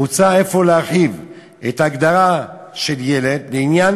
"מוצע אפוא להרחיב את ההגדרה 'ילד' לעניין